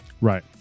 Right